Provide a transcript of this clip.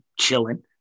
chilling